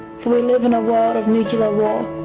for we live in a world of nuclear war,